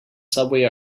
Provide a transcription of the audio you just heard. subway